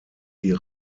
die